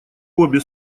обе